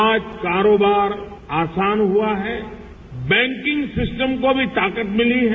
आज करोबार आसान हुआ है बैंकिंग सिस्टम को भी ताकत भिली है